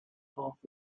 half